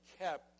kept